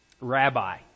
Rabbi